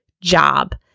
job